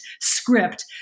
script